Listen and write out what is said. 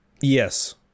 Yes